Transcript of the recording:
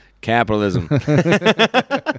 capitalism